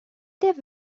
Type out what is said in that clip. تایید